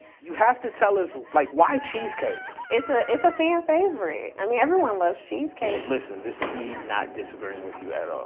you have to tell us, like why cheesecake? it's ah it's a fan favorite. i mean, everyone loves cheesecake. listen, this is me not disagreeing with you at all.